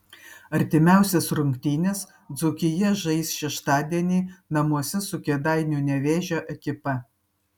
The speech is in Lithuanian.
artimiausias rungtynes dzūkija žais šeštadienį namuose su kėdainių nevėžio ekipa